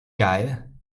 geil